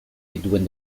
between